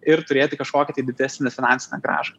ir turėti kažkokį tai didesnę finansinę grąžą